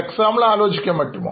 ആരെങ്കിലും ഒരു ഉദാഹരണം പറയാമോ